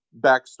backstory